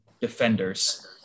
defenders